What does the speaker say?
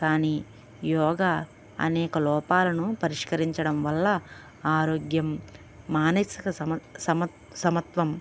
కానీ యోగా అనేక లోపాలను పరిష్కరించడం వల్ల ఆరోగ్యం మానసిక సమ సమ సమత్వం